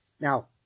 Now